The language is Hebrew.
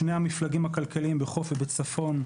שני המפלגים הכלכליים, בחוף ובצפון,